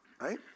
right